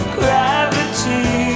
gravity